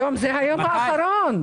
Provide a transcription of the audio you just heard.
היום זה היום האחרון.